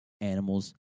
animals